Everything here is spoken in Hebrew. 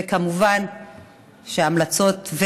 וכמובן ההמלצות,